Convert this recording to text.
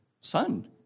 son